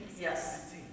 Yes